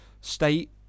state